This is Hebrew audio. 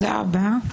בבקשה.